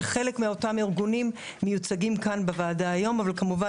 כשחלק מאותם ארגונים מיוצגים כאן בוועדה היום אבל כמובן